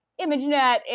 ImageNet